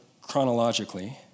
chronologically